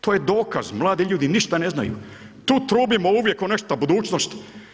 To je dokaz, mladi ljudi ništa ne znaju, tu trubimo uvijek o nešta budućnosti.